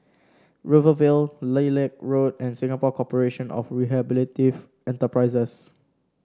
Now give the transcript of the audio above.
Rivervale Lilac Road and Singapore Corporation of Rehabilitative Enterprises